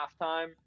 halftime